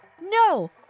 No